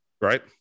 right